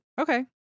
Okay